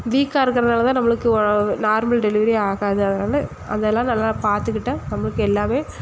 வீக்காக இருக்கிறதுனால தான் நம்மளுக்கு ஒ நார்மல் டெலிவரி ஆகாது அதனால் அதெல்லாம் நல்லா பார்த்துக்கிட்டா நம்மளுக்கு எல்லாமே